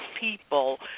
people